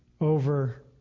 over